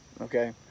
okay